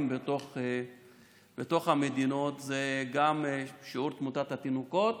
בתוך המדינות הוא גם שיעור תמותת התינוקות